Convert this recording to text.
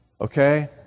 okay